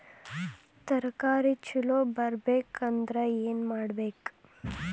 ತರಕಾರಿ ಛಲೋ ಬರ್ಬೆಕ್ ಅಂದ್ರ್ ಏನು ಮಾಡ್ಬೇಕ್?